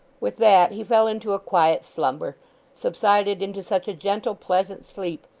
with that he fell into a quiet slumber subsided into such a gentle, pleasant sleep,